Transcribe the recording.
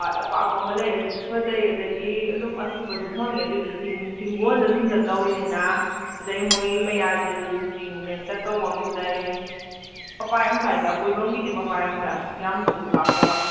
ꯄꯥꯠ ꯑꯄꯥꯛꯄ ꯑꯃ ꯂꯩ ꯑꯗꯨꯁꯨ ꯐꯖꯩ ꯑꯗꯒꯤ ꯑꯗꯨꯝ ꯑꯆꯤꯛꯄꯁꯨ ꯐꯪꯉꯦ ꯑꯗꯨꯏꯗꯣ ꯆꯤꯡ ꯆꯤꯡꯒꯣꯟꯗ ꯁꯨꯝ ꯆꯠꯇꯧꯔꯤꯅꯤꯅ ꯑꯗꯩ ꯃꯣꯏ ꯃꯌꯥꯏꯗꯁꯨ ꯆꯤꯡ ꯅꯦꯝꯇꯛ ꯇꯧꯕ ꯑꯃꯁꯨ ꯂꯩ ꯃꯄꯥ ꯌꯥꯝ ꯆꯥꯏꯗ ꯀꯣꯏꯐꯝꯒꯤꯗꯤ ꯃꯄꯥ ꯌꯥꯝ ꯆꯥꯏ ꯌꯥꯝꯅꯁꯨ ꯂꯥꯞꯇꯕ